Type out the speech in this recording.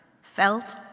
felt